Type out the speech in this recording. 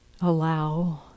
allow